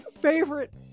favorite